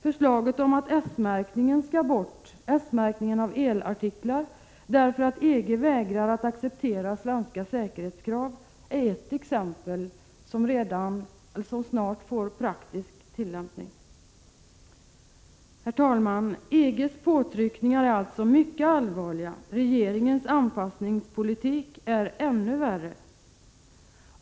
Förslaget om att S-märkningen av elartiklar skall tas bort därför att EG vägrar att acceptera svenska säkerhetskrav är ett exempel som snart kommer att börja tillämpas i praktiken. Herr talman! EG:s påtryckningar är alltså mycket allvarliga, och regeringens anpassningspolitik är ännu värre.